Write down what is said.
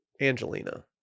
Angelina